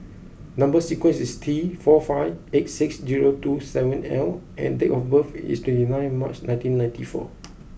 number sequence is T four five eight six zero two seven L and date of birth is twenty nine March nineteen ninety four